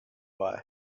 why